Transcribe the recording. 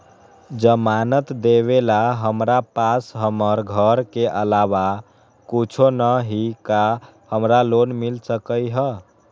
जमानत देवेला हमरा पास हमर घर के अलावा कुछो न ही का हमरा लोन मिल सकई ह?